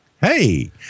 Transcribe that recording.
Hey